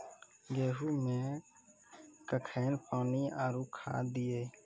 गेहूँ मे कखेन पानी आरु खाद दिये?